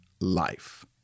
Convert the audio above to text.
life